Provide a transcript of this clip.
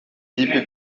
kipe